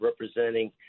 representing